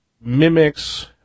mimics